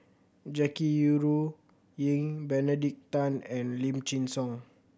Jackie Yi Ru Ying Benedict Tan and Lim Chin Siong